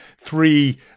three